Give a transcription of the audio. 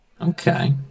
okay